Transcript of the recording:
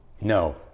No